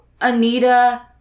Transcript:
Anita